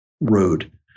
road